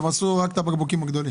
תמסו רק את הבקבוקים הגדולים...